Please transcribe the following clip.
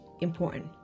important